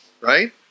right